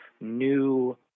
new